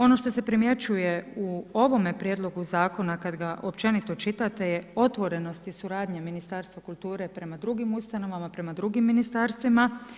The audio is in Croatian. Ono što se primjećuje u ovome prijedlogu zakona kad ga općenito čitate je otvorenost i suradnja Ministarstva kulture prema drugim ustanovama i prema drugim ministarstvima.